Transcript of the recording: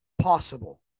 possible